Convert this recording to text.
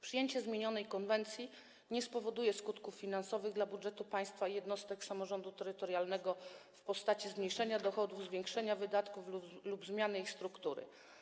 Przyjęcie zmienionej konwencji nie spowoduje skutków finansowych dla budżetu państwa i jednostek samorządu terytorialnego w postaci zmniejszenia dochodów, zwiększenia wydatków lub zmiany ich struktury.